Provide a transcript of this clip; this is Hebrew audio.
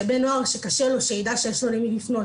שבן נוער שקשה לו שיידע שיש לו למי לפנות.